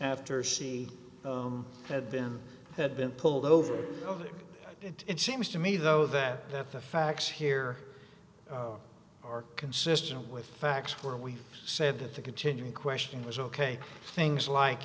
after she had been had been pulled over it seems to me though that that the facts here are consistent with facts where we said at the continuing question was ok things like